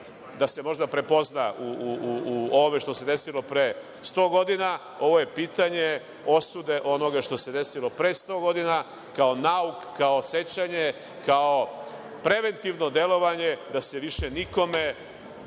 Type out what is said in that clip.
da se možda prepozna u ovome što se desilo pre 100 godina. Ovo je pitanje osude onoga što se desilo pre 100 godina, kao nauk, kao sećanje, kao preventivno delovanje da se više nikome